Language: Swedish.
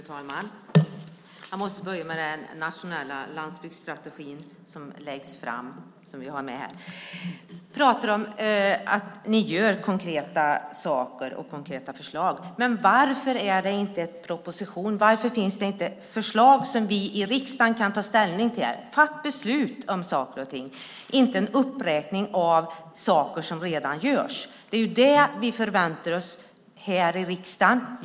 Fru talman! Jag måste börja med den nationella landsbygdsstrategin, som läggs fram och som vi har med här. Ni pratar om att ni gör konkreta saker och har konkreta förslag. Men varför finns det inte en proposition? Varför finns det inte förslag som vi i riksdagen kan ta ställning till för att fatta beslut om saker och ting i stället för en uppräkning av saker som redan görs? Det är det vi förväntar oss här i riksdagen.